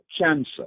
cancer